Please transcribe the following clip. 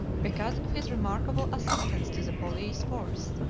because of his remarkable assistance to the police force.